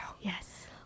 yes